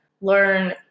learn